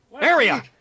Area